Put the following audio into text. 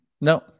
No